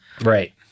Right